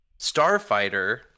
starfighter